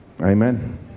Amen